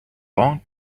long